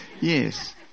Yes